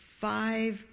five